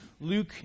Luke